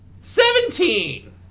Seventeen